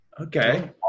Okay